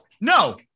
No